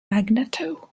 magneto